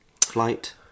flight